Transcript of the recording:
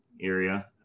area